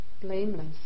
blameless